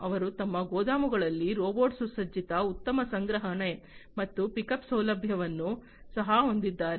ಅವರು ತಮ್ಮ ಗೋದಾಮುಗಳಲ್ಲಿ ರೋಬೋಟ್ ಸುಸಜ್ಜಿತ ಉತ್ತಮ ಸಂಗ್ರಹಣೆ ಮತ್ತು ಪಿಕಪ್ ಸೌಲಭ್ಯವನ್ನು ಸಹ ಹೊಂದಿದ್ದಾರೆ